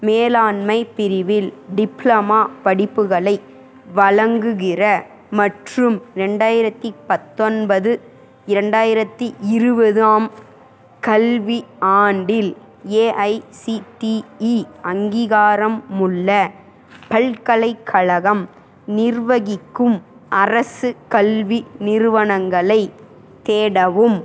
மேலாண்மை பிரிவில் டிப்ளமா படிப்புகளை வழங்குகிற மற்றும் ரெண்டாயிரத்தி பத்தொன்பது இரண்டாயிரத்தி இருபதாம் கல்வி ஆண்டில் ஏஐசிடிஇ அங்கீகாரமுள்ள பல்கலைக்கழகம் நிர்வகிக்கும் அரசு கல்வி நிறுவனங்களைத் தேடவும்